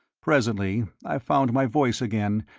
presently i found my voice again,